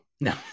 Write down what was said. No